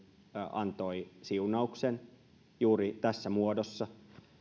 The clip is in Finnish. antoi siunauksen juuri tässä muodossa